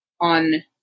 on